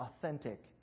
authentic